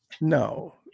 no